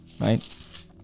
Right